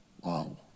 Wow